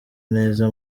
neza